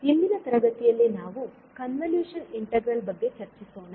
ಇಂದಿನ ತರಗತಿಲ್ಲಿ ನಾವು ಕನ್ವಲ್ಯೂಷನ್ ಇಂಟಿಗ್ರಲ್ ಬಗ್ಗೆ ಚರ್ಚಿಸೋಣ